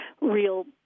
real